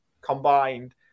combined